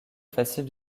facile